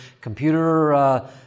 computer